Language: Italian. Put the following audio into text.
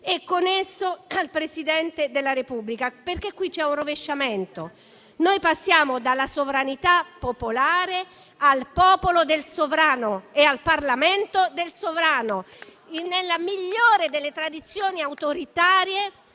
e con esso al Presidente della Repubblica. Infatti, qui c'è un rovesciamento: passiamo dalla sovranità popolare al popolo del sovrano e al Parlamento del sovrano, nella migliore delle tradizioni autoritarie